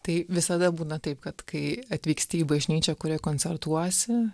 tai visada būna taip kad kai atvyksti į bažnyčią kurioje koncertuosi